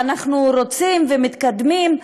ואנחנו רוצים ומתקדמים.